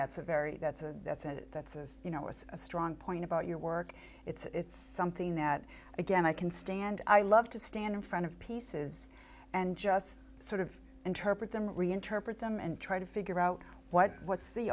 that's a very that's a that's a that's a strong point about your work it's something that again i can stand i love to stand in front of pieces and just sort of interpret them reinterpret them and try to figure out what what's the